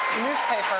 newspaper